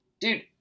Dude